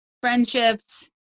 friendships